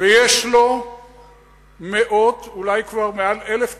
יש לו מאות, אולי כבר מעל 1,000 תלמידים,